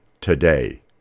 today